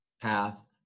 path